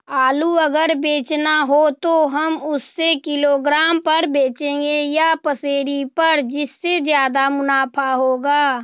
आलू अगर बेचना हो तो हम उससे किलोग्राम पर बचेंगे या पसेरी पर जिससे ज्यादा मुनाफा होगा?